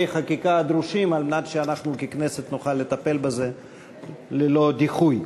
החקיקה הדרושים על מנת שאנחנו ככנסת נוכל לטפל בזה ללא דיחוי.